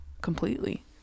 completely